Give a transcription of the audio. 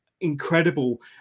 incredible